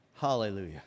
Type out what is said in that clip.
Hallelujah